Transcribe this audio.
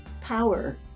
Power